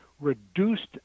reduced